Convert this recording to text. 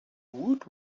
woot